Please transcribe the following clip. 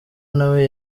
nawe